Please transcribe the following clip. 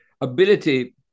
ability